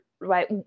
right